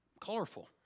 colorful